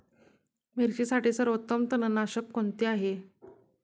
मिरचीसाठी सर्वोत्तम तणनाशक कोणते आहे?